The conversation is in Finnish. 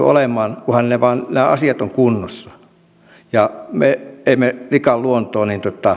olemaan kunhan vain nämä asiat ovat kunnossa ja me emme likaa luontoa